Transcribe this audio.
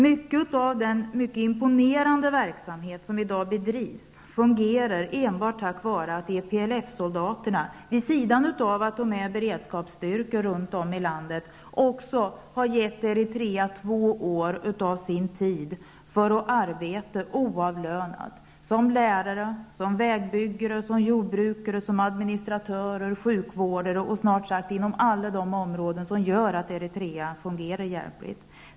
Mycket av den imponerande verksamhet som i dag bedrivs fungerar enbart tack vare att EPLF soldaterna, vid sidan av att de är beredskapsstyrkor, också ger Eritrea två år av sin tid för att arbeta oavlönat som lärare, vägbyggare, jordbrukare, administratörer, sjukvårdare osv. på snart sagt alla de områden som behövs för att Eritrea skall fungera.